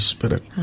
Spirit